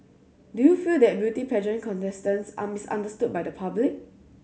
do you feel that beauty pageant contestants are misunderstood by the public